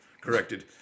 corrected